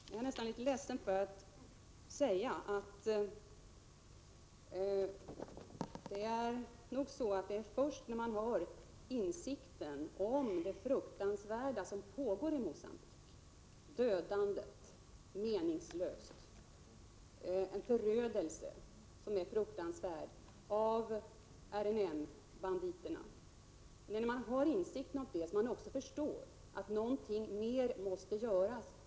Jag är nästan litet ledsen över att behöva säga att det nog är först när man har insikten om det fruktansvärda som pågår i Mogambique -— RNM banditernas meningslösa dödande och fruktansvärda förödelse — som man förstår att något mer än vad vi hittills har gjort måste göras.